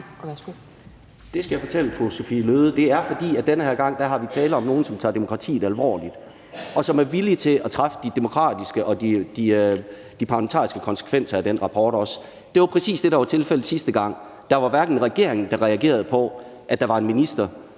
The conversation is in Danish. Det skal jeg fortælle fru Sophie Løhde. Det er, fordi der den her gang er tale om nogen, der tager demokratiet alvorligt, og som er også villige til at træffe de demokratiske og parlamentariske konsekvenser af den rapport. Det var præcis det, der ikke var tilfældet sidste gang: Der var ikke en regering, der reagerede på, at der var en minister,